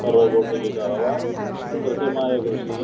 robotic കറവ കൃത്യമായ കൃഷി